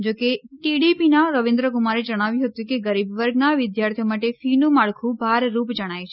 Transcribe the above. જોકે ટીડીપીના રવિન્દ્ર કુમારે જણાવ્યું હતું કે ગરીબ વર્ગના વિદ્યાર્થીઓ માટે ફી નું માળખું ભાર રૂપ જણાય છે